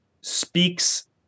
speaks